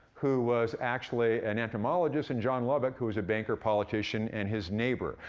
who was actually an entomologist, and john lubbock who was a banker, politician, and his neighbor.